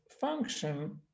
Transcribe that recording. function